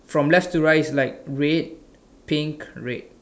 okay then from left to right is like red pink red